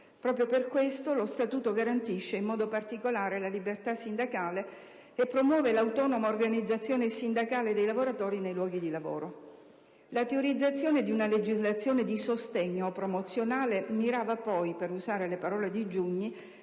Proprio per questo lo Statuto garantisce in modo particolare la libertà sindacale e promuove l'autonoma organizzazione sindacale dei lavoratori nei luoghi di lavoro. La teorizzazione di una legislazione di sostegno o promozionale mirava poi - per usare le parole di Giugni